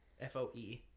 F-O-E